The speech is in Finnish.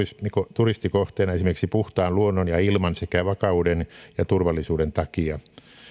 turistikohteena esimerkiksi puhtaan luonnon ja ilman sekä vakauden ja turvallisuuden takia